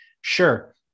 sure